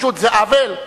זה עוול?